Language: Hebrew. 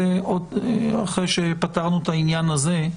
אחרי שפתרנו את העניין הזה,